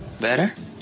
Better